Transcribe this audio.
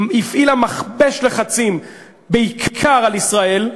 הפעילה מכבש לחצים בעיקר על ישראל,